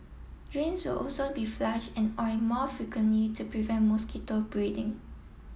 drains also be flush and oil more frequently to prevent mosquito breeding